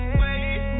wait